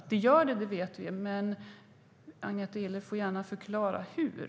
Att det gör det vet vi, men Agneta Gille får gärna förklara hur.